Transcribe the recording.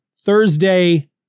Thursday